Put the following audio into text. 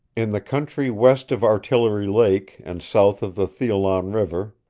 in the country west of artillery lake and south of the theolon river,